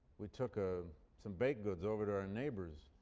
we took ah some baked goods over to our and neighbors.